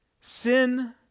Sin